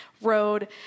road